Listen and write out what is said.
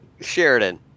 Sheridan